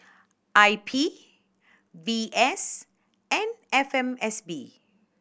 I P V S and F M S B